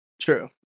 true